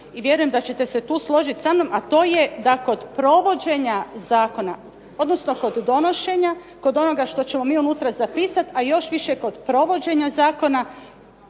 i vjerujem da ćete se tu složiti sa mnom a to je da kod provođenja zakona odnosno kod donošenja, kod onoga što ćemo mi unutra zapisati a još više kod provođenja zakona